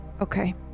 Okay